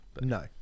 No